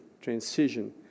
transition